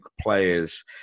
players